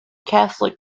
catholic